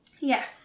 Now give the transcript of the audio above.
Yes